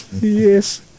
Yes